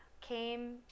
came